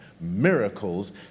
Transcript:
Miracles